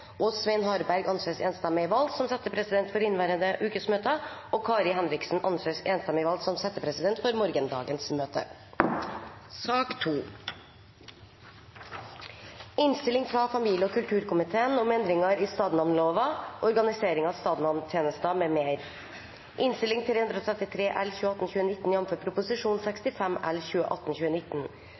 og Svein Harberg anses enstemmig valgt som settepresident for inneværende ukes møter, og Kari Henriksen anses enstemmig valgt som settepresident for morgendagens møte. Etter ønske fra familie- og kulturkomiteen